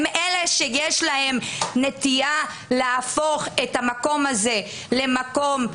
הם אלה שיש להם נטייה להפוך את המקום הזה למקום פרוע.